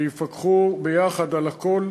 שיפקחו ביחד על הכול,